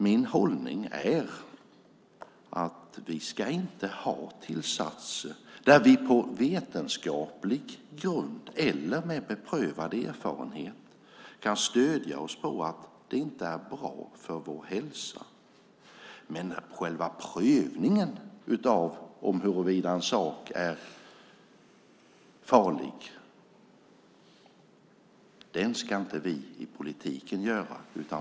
Min hållning är att vi inte ska ha tillsatser där vi på vetenskaplig grund eller med beprövad erfarenhet kan stödja oss på att det inte är bra för vår hälsa. Men själva prövningen av huruvida en sak är farlig ska inte vi i politiken göra.